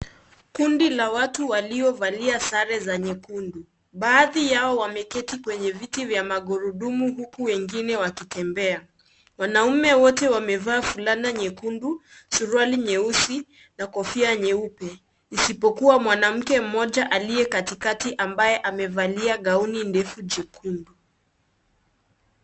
Kundi la watu waliovalia sare za nyekundu. Baadhi yao wameketi kwenye viti vya magurudumu huku wengine wakitembea. Wanaume wote wamevaa fulana nyekundu, suruali nyeusi na kofia nyeupe isipokuwa mwanamke mmoja aliye katikati ambaye amevalia gauni ndefu jekundu.